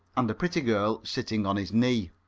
and a pretty girl sitting on his knee.